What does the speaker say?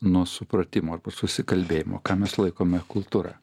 nuo supratimo arba susikalbėjimo ką mes laikome kultūra